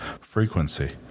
frequency